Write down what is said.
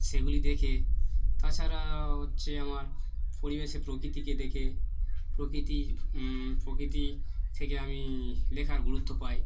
সেগুলি দেখে তাছাড়া হচ্ছে আমার পরিবেশে প্রকৃতিকে দেখে প্রকৃতি প্রকৃতি থেকে আমি লেখার গুরুত্ব পাই